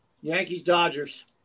Yankees-Dodgers